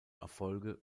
erfolge